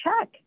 check